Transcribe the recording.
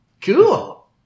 Cool